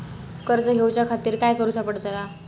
कर्ज घेऊच्या खातीर काय करुचा पडतला?